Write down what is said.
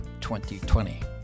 2020